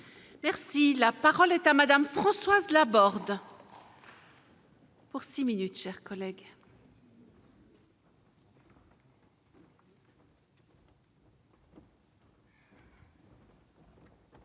Merci, la parole est à Madame Françoise Laborde. Pour 6 minutes chers collègues.